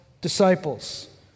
disciples